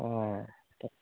অঁ ত